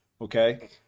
Okay